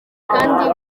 kandi